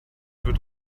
wird